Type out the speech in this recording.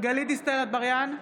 גלית דיסטל אטבריאן,